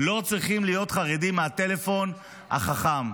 לא צריכים להיות חרדים מהטלפון החכם,